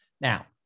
Now